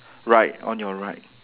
right on your right